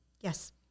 Yes